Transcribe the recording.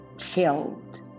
filled